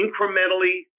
incrementally